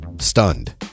Stunned